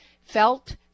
felt